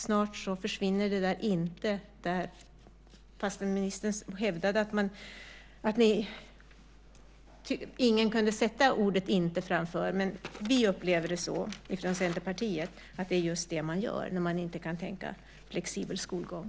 Snart kanske det där "inte" försvinner fastän ministern hävdade att ingen kunde sätta ordet "inte" framför. Vi från Centerpartiet upplever att det är just det man gör när man inte kan tänka sig flexibel skolgång.